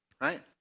Right